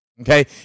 Okay